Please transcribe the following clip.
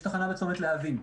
יש תחנה בצומת להבים.